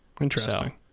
Interesting